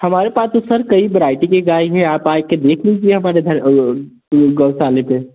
हमारे पास तो सर कई वैरायटी की गाय हैं आप आ कर देख लीजिए हमारे घर गौशाला पर